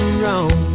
wrong